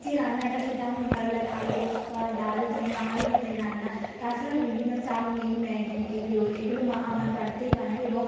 যে রান্নাটা সেটা আমার ভালো লাগে আলুপোস্ত আর ডাল যেমন বাঙালি হাতের রান্না তাছাড়াও বিভিন্ন চাউমিন ম্যাগি এগরোল এগুলো মা আমার বাড়িতেই বানায় এবং